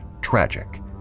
tragic